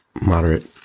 Moderate